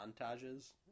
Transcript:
montages